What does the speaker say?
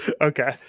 okay